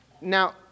now